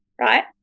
right